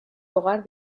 hogar